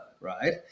Right